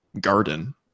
garden